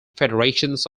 federations